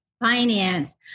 finance